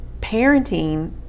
parenting